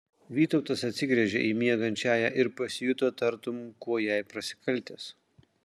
vytautas atsigręžė į miegančiąją ir pasijuto tartum kuo jai prasikaltęs